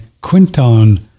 Quinton